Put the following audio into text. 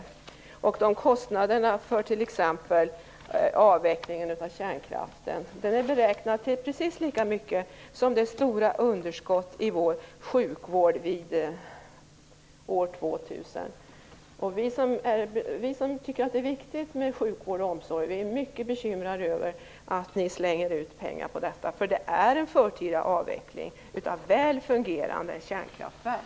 Exempelvis kostnaden för avvecklingen av kärnkraften beräknas motsvara det stora underskottet i sjukvården år 2000. Vi som tycker att sjukvård och omsorg är viktiga är mycket bekymrade över att ni slänger ut pengar på en avveckling som är en förtida avveckling av väl fungerande kärnkraftverk.